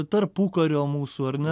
tarpukario mūsų ar ne